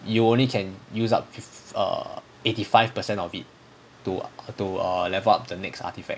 you only can use up fifth~ err eighty five percent of it to err to err level up the next artefact